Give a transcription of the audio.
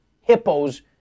hippos